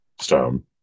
Stone